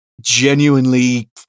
genuinely